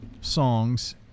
songs